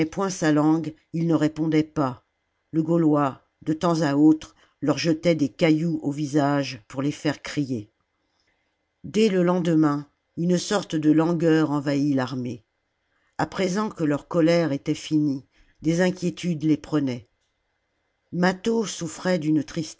sa langue ils ne répondaient pas le gaulois de temps à autre leur jetait des cailloux au visage pour les faire crier dès le lendemain une sorte de langueur envahit l'armée a présent que leur colère était finie des inquiétudes les prenaient mâtho souffrait d'une